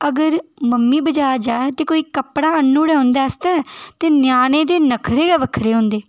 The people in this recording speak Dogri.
अगर मम्मी बजार जा ते कोई कपड़ा आह्न्नी ओड़े उं'दे आस्तै ते न्यानें दे नखरे गै बक्खरे होंदे